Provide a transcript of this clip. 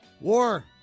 War